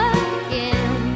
again